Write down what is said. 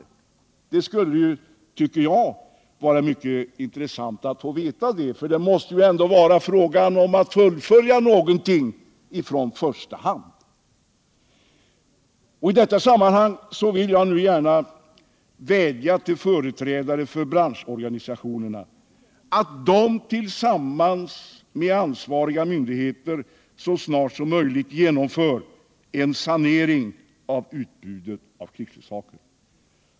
Det skulle vara mycket intressant att få veta det, för det måste ju ändå här vara fråga om att fullfölja någonting från utgångsläget ”i första hand”. I detta sammanhang vill jag vädja till företrädare för branschorganisationerna att tillsammans med ansvariga myndigheter så snart som möjligt genomföra en sanering av utbudet av krigsleksaker.